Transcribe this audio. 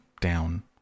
down